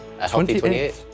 28